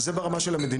אז זה ברמה של המדיניות.